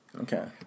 Okay